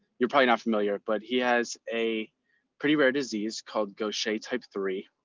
you're probably not familiar, but he has a pretty rare disease called gosha type three.